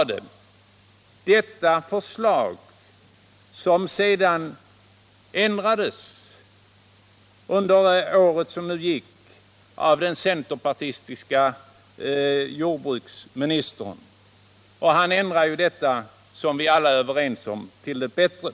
Under det år som nu har gått har detta förslag sedan ändrats av den centerpartistiske jordbruksministern. Han ändrade detta, vilket vi alla är överens om, till det bättre.